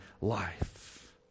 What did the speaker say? life